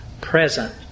present